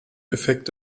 effekt